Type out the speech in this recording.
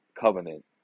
covenant